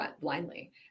blindly